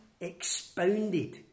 expounded